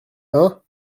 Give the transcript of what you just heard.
hein